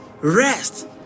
Rest